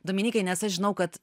dominykai nes aš žinau kad